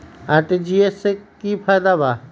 RTGS से की की फायदा बा?